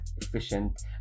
efficient